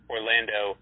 Orlando